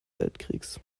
weltkriegs